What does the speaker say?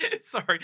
Sorry